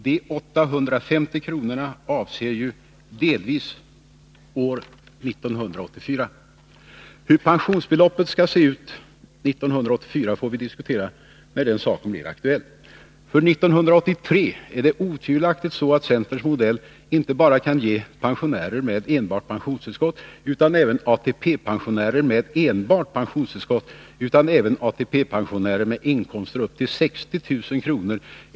De 850 kronorna avser ju delvis år 1984. Hur pensionsbeloppet skall se ut 1984 får vi diskutera när den saken blir aktuell. För 1983 är det otvivelaktigt så att centerns modell kan ge inte bara pensionärer med enbart pensionstillskott utan även ATP-pensionärer med inkomster på upp till 60 000 kr.